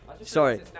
Sorry